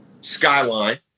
skyline